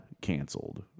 canceled